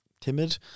timid